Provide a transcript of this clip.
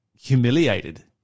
humiliated